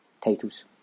titles